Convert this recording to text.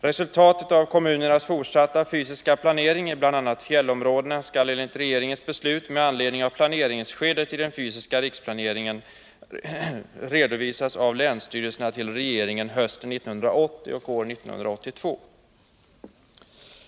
Resultatet av kommunernas fortsatta fysiska planering i bl.a. fjällområdena skall enligt regeringens beslut med anledning av planeringsskedet i den fysiska riksplaneringen redovisas av länsstyrelserna till regeringen hösten 1980 och år 1982.